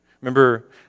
Remember